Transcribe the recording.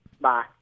Bye